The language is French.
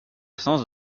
sens